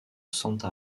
santa